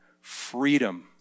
freedom